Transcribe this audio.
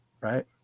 Right